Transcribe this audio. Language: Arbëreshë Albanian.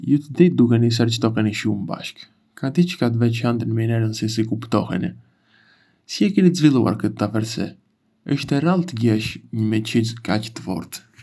Ju të dy dukeni se argëtoheni shumë bashkë... ka diçka të veçantë në mënyrën se si kuptoheni. Si e keni zhvilluar këtë afërsi? Është e rrallë të gjesh një miçësi kaq të fortë.